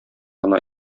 гына